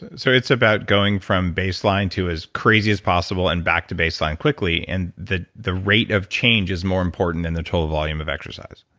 so it's about going from baseline to as crazy as possible and back to baseline quickly, and the the rate of change is more important than and the total volume of exercise?